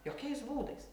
jokiais būdais